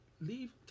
leave